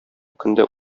көндә